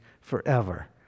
forever